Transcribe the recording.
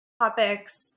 topics